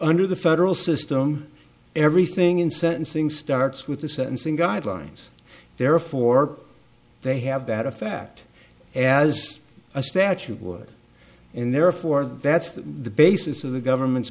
under the federal system everything in sentencing starts with the sentencing guidelines therefore they have that effect as a statute would and therefore that's the basis of the government's